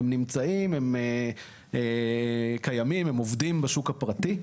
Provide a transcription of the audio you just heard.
הם נמצאים, הם קיימים, הם עובדים בשוק הפרטי.